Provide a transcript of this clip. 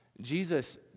Jesus